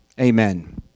Amen